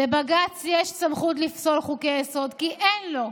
לבג"ץ יש סמכות לפסול חוקי-יסוד, כי אין לו.